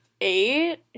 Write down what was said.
Eight